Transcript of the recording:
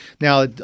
Now